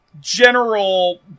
general